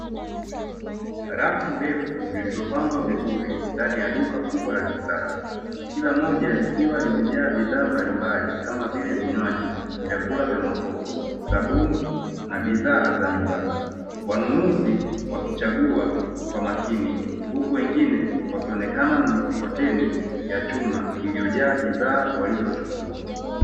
Rafu ndefu zilizopangwa vizuri ndani ya duka kubwa la kisasa. Kila moja likiwa limejaa bidhaa mbalimbali kama vile: vinywaji, vyakula vya makopo, sabuni na bidhaa za nyumbani. Wanunuzi wakichagua kwa makini huku wengine wakionekana na mikokoteni ya chuma iliyojaa bidhaa walizochukua.